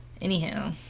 Anyhow